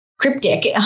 cryptic